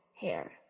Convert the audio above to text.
hair